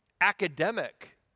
academic